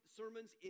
sermons